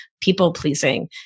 people-pleasing